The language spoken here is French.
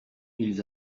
ils